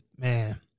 Man